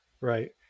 right